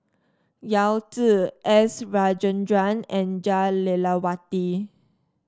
Yao Zi S Rajendran and Jah Lelawati